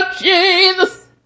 Jesus